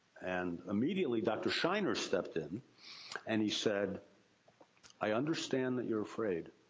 and immediately dr. sheiner stepped in and he said i understand that you're afraid.